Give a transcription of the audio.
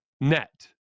net